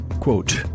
quote